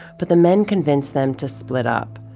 but the men convinced them to split up.